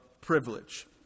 privilege